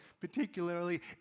particularly